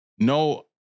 no